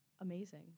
amazing